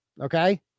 okay